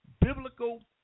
Biblical